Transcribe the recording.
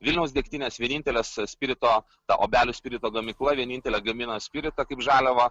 vilniaus degtinės vienintelės spirito ta obelių spirito gamykla vienintelė gamina spiritą kaip žaliavą